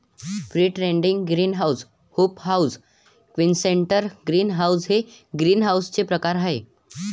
free standing greenhouse, hoop house, quonset greenhouse हे ग्रीनहाऊसचे प्रकार आहे